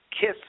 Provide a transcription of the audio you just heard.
Kiss